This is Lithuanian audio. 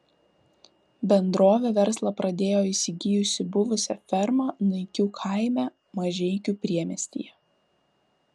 bendrovė verslą pradėjo įsigijusi buvusią fermą naikių kaime mažeikių priemiestyje